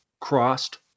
crossed